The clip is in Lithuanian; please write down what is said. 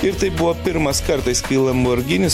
ir tai buvo pirmas kartas kai lamborghinis